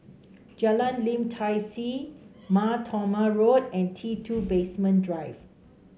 Jalan Lim Tai See Mar Thoma Road and T two Basement Drive